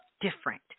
different